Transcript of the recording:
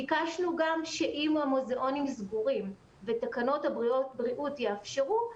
ביקשנו גם שאם המוזיאונים סגורים ותקנות הבריאות יאפשרו,